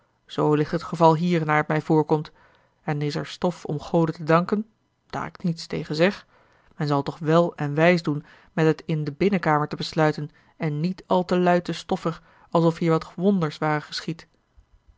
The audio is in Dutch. zoo ligt het geval hier naar het mij voorkomt en is er stof om gode te danken daar ik niets tegen zeg men zal toch wèl en wijs doen met het in de binnenkamer te besluiten en niet al te luid te stoffen alsof hier wat wonders ware geschied